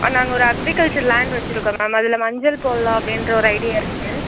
நாங்கள் ஒரு agriculture land வச்சிருக்கோம் மேம் அதில் மஞ்சள் போடலாம் அப்படின்ற ஒரு ஐடியா இருக்குது